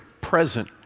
present